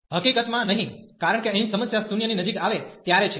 હકીકતમાં નહીં કારણ કે અહીં સમસ્યા 0 ની નજીક આવે ત્યારે છે